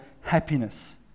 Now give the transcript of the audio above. happiness